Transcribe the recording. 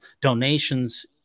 donations